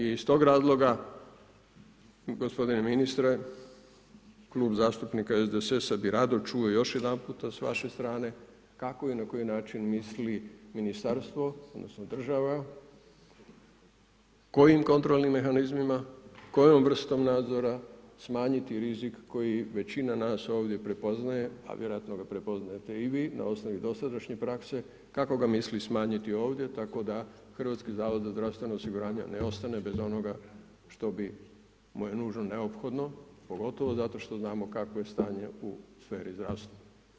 I iz toga razloga gospodine ministre, klub zastupnika SDSS-a bi rado čuo još jedanput s vaše strane kako i na koji način misli Ministarstvo odnosno država kojim kontrolnim mehanizmima, kojom vrstom nadzora smanjiti rizik koji većina nas ovdje prepoznaje, a vjerojatno ga prepoznajete i vi na osnovu dosadašnje prakse, kako ga misli smanjiti ovdje, tako da HZZO ne ostane bez onoga što mu je nužno neophodno, pogotovo zato što znamo kakvo je stanje u sferi zdravstva.